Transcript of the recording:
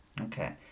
Okay